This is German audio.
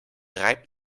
reibt